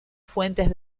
fuentes